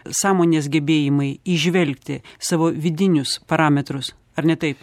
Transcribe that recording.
sąmonės gebėjimai įžvelgti savo vidinius parametrus ar ne taip